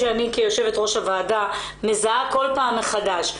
שאני כיושבת ראש הועדה מזהה כל פעם מחדש,